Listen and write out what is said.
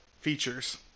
features